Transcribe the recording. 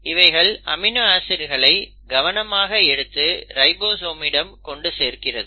இவைகள் அமினோ ஆசிட்களை கவனமாக எடுத்து ரைபோசோமிடன் கொண்டு சேர்க்கிறது